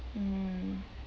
mm